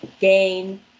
gain